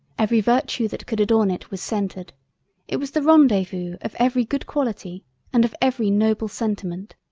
every virtue that could adorn it was centered it was the rendez-vous of every good quality and of every noble sentiment.